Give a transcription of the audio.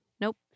Nope